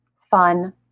fun